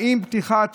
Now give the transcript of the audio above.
האם פתיחת